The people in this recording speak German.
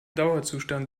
dauerzustand